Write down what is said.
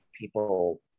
people